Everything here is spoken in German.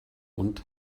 und